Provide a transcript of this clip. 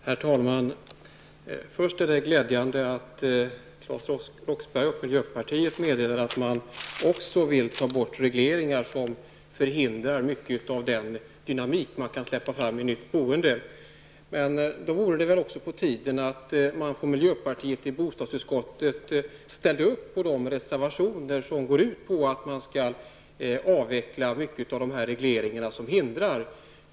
Herr talman! Jag vill först säga att det är glädjande att Claes Roxbergh meddelar att miljöpartiet också vill ta bort regleringar som förhindrar mycket av den dynamik som man kan släppa fram i nytt boende. Men då vore det väl också på tiden att man från miljöpartiet i bostadsutskottet ställde sig bakom de reservationer som går ut på att man skall avveckla många av de regleringar som hindrar.